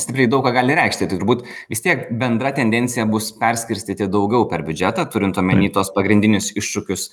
stipriai daug ką gali reikšti turbūt vis tiek bendra tendencija bus perskirstyti daugiau per biudžetą turint omeny tuos pagrindinius iššūkius